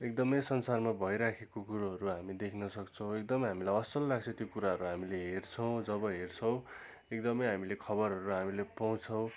एकदमै संसारमा भइराखेको कुरोहरू हामी देख्नसक्छौँ एकदमै हामीलाई असल लाग्छ त्यो कुराहरू हामीले हेर्छौँ जब हेर्छौँ एकदमै हामी खबरहरू हामीले पाउँछौँ